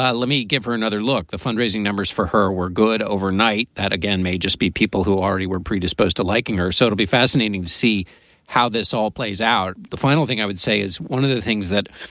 ah let me give her another look. the fundraising numbers for her were good overnight. that, again, may just be people who already were predisposed to liking her. so it'll be fascinating to see how this all plays out. the final thing i would say is one of the things that,